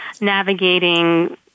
navigating